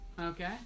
Okay